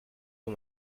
bon